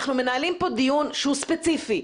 אנחנו מנהלים פה דיון שהוא ספציפי.